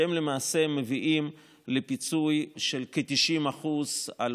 שהם למעשה מביאים לפיצוי של כ-90% על